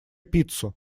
пиццу